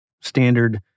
standard